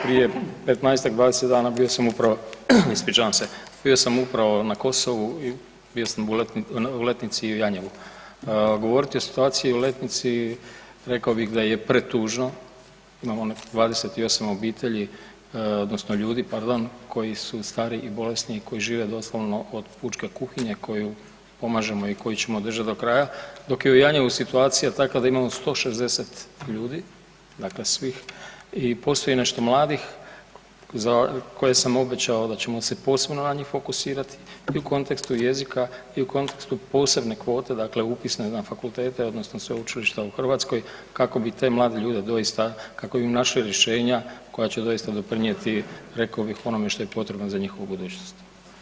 Prije 15-ak, 20 dana bio sam upravo na Kosovu i bio sam u Letnici i u Janjevu, govoriti o situaciji o Letnici rekao bih da je pretužno, imamo 28 obitelji odnosno ljudi pardon koji su stari i bolesni i koji žive doslovno od pučke kuhinje koju pomažemo i koju ćemo držat do kraja, dok je u Janjevu situacija takva da imamo 160 ljudi dakle svih i postoji nešto mladih za koje sam obećao da ćemo se posebno na njih fokusirati i u kontekstu jezika i u kontekstu posebnih kvota upisa na fakultete odnosno sveučilišta u Hrvatskoj kako bi te mlade ljude doista, kako bi im našli rješenja koja će doista doprinijeti rekao bih onome što je potrebno za njihovu budućnost.